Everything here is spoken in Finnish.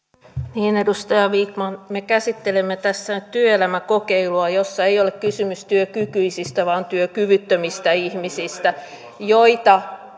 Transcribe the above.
niin edustaja vikman me käsittelemme tässä nyt työelämäkokeilua jossa ei ole kysymys työkykyisistä vaan työkyvyttömistä ihmisistä joita